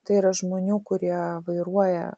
tai yra žmonių kurie vairuoja